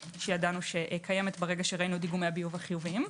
שידענו שקיימת ברגע שקיימת שראינו את דיגומי הביוב החיוביים.